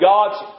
God's